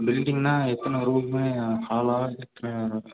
பில்டிங்னா எத்தனை ரூமு ஹாலா எத்தனை